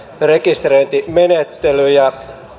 rekisteröintimenettelyjä